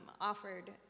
offered